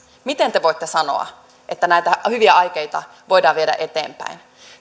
miten te voitte sanoa että näitä hyviä aikeita voidaan viedä eteenpäin